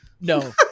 no